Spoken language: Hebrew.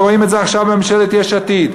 ורואים את זה עכשיו בממשלת יש עתיד.